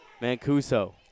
Mancuso